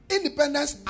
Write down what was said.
Independence